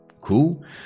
Cool